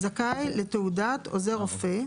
זכאי לתעודת עוזר רופא,